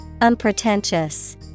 Unpretentious